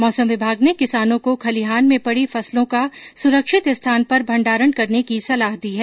मौसम विभाग ने किसानों को खलिहान में पड़ी फसलों का सुरक्षित स्थान पर भण्डारण करने की सलाह दी है